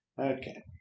Okay